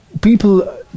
People